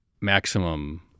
maximum